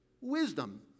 wisdom